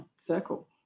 circle